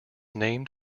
named